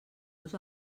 los